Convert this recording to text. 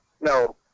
No